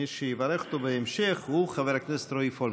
מי שיברך אותו בהמשך הוא חבר הכנסת רועי פולקמן.